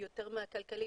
יותר מהכלכלי,